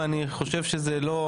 ואני חושב שזה לא,